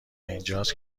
اینجاست